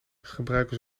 gebruiken